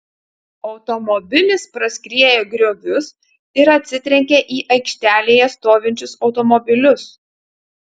automobilis praskriejo griovius ir atsitrenkė į aikštelėje stovinčius automobilius